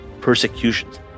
persecutions